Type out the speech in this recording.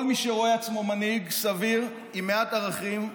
כל מי שרואה עצמו מנהיג סביר, עם מעט ערכים,